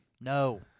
no